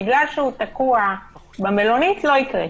בגלל שהוא תקוע במלונית לא יקרה.